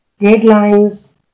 Deadlines